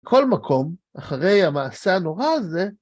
כל מקום, אחרי המעשה הנורא הזה